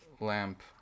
lamp